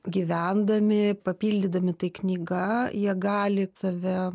gyvendami papildydami tai knyga jie gali save